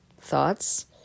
thoughts